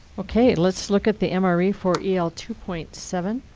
ok, let's look at the um ah mre for el two point seven.